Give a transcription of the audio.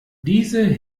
diese